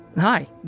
Hi